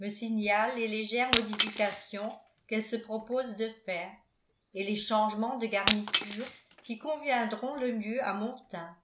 me signale les légères modifications qu'elle se propose de faire et les changements de garniture qui conviendront le mieux à mon teint